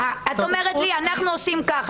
את אומרת לי: אנחנו עושים כך,